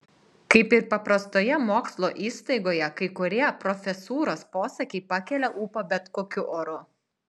kaip ir paprastoje mokslo įstaigoje kai kurie profesūros posakiai pakelia ūpą bet kokiu oru